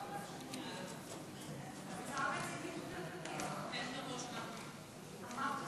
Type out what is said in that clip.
אמרת